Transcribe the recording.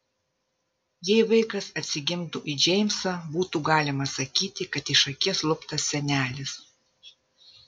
jei vaikas atsigimtų į džeimsą būtų galima sakyti kad iš akies luptas senelis